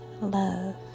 Love